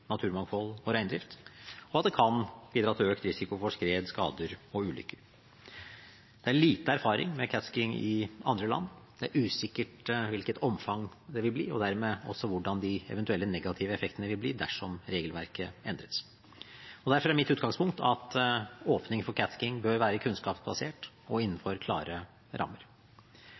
naturmangfold og reindrift, og at det kan bidra til økt risiko for skred, skader og ulykker. Det er liten erfaring med catskiing i andre land, det er usikkert hvilket omfang det vil bli, og dermed også hvordan de eventuelle negative effektene vil bli, dersom regelverket endres. Derfor er mitt utgangspunkt at åpning for catskiing bør være kunnskapsbasert og innenfor klare rammer.